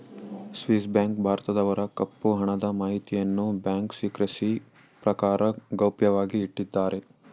Swiss bank ಭಾರತದವರ ಕಪ್ಪು ಹಣದ ಮಾಹಿತಿಯನ್ನು ಬ್ಯಾಂಕ್ ಸಿಕ್ರೆಸಿ ಪ್ರಕಾರ ಗೌಪ್ಯವಾಗಿ ಇಟ್ಟಿದ್ದಾರೆ